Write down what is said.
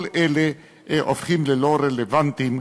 כל אלה הופכים ללא רלוונטיים,